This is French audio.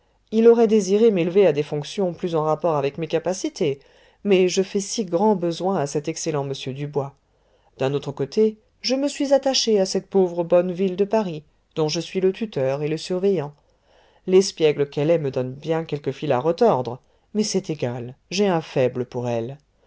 il aurait désiré m'élever à des fonctions plus en rapport avec mes capacités mais je fais si grand besoin à cet excellent m dubois d'un autre côté je me suis attaché à cette pauvre bonne ville de paris dont je suis le tuteur et le surveillant l'espiègle qu'elle est me donne bien quelque fil à retordre mais c'est égal j'ai un faible pour elle